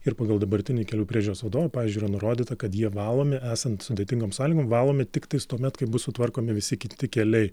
ir pagal dabartinį kelių priežiūros vado pavyzdžiui yra nurodyta kad jie valomi esant sudėtingom sąlygom valomi tiktais tuomet kai bus sutvarkomi visi kiti keliai